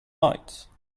light